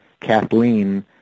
Kathleen